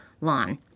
lawn